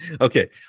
Okay